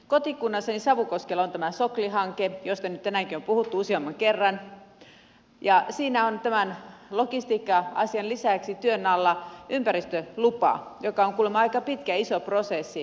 kotikunnassani savukoskella on tämä sokli hanke josta nyt tänäänkin on puhuttu useamman kerran ja siinä on tämän logistiikka asian lisäksi työn alla ympäristölupa joka on kuulemma aika pitkä ja iso prosessi